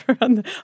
on